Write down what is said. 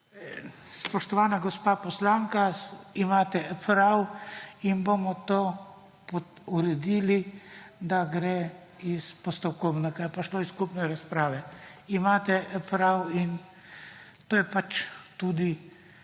Spoštovana gospa poslanka, imate prav. In bomo to uredili, da gre iz postopkovnega, bo šlo iz skupne razprave. Imate prav in to je pač tudi